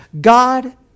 God